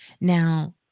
Now